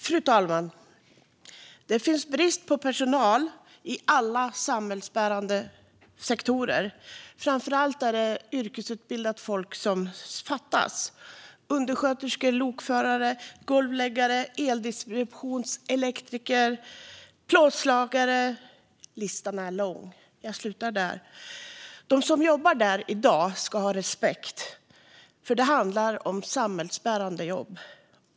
Fru talman! Det finns brist på personal i alla samhällsbärande sektorer. Framför allt är det yrkesutbildat folk som fattas: undersköterskor, lokförare, golvläggare, eldistributionselektriker, plåtslagare - jag slutar där, men listan är lång. De som jobbar i dessa sektorer i dag ska ha respekt, för det handlar om samhällsbärande jobb.